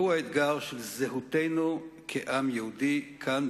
והוא האתגר של זהותנו כעם יהודי כאן,